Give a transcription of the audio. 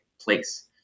place